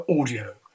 Audio